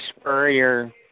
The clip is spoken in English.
Spurrier